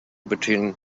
between